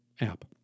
app